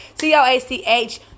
C-O-A-C-H